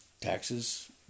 taxes